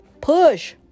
push